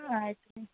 ಹಾಂ ಆಯ್ತು ಹ್ಞೂ